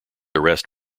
arrest